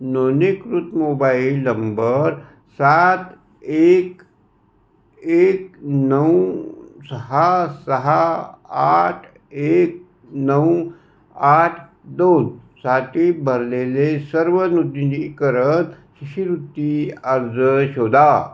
नोंदणीकृत mobile number सात एक एक नऊ सहा सहा आठ एक नऊ आठ दोनसाठी भरलेले सर्व नूतनीकरण शिष्यवृत्ती अर्ज शोधा